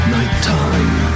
Nighttime